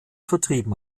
vertrieben